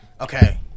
okay